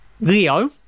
Leo